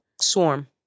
Swarm